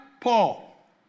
Paul